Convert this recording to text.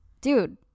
dude